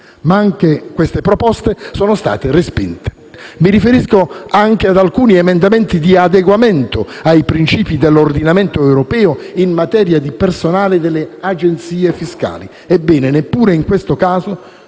Ma anche queste proposte sono state respinte. Mi riferisco inoltre ad alcuni emendamenti di adeguamento ai principi dell'ordinamento europeo in materia di personale delle agenzie fiscali. Ebbene, neppure in questo caso